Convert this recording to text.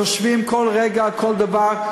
אנחנו חושבים כל רגע על כל דבר,